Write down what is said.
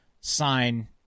sign